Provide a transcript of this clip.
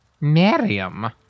Miriam